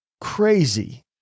crazy